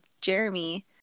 Jeremy